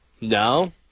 No